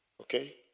Okay